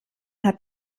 hat